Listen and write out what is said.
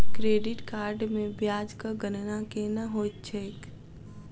credit card मे ब्याजक गणना केना होइत छैक